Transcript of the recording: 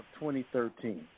2013